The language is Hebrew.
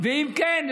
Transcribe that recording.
אם כן,